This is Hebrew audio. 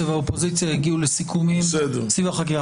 והאופוזיציה יגיעו לסיכומים סביב החקיקה.